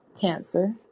Cancer